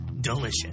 delicious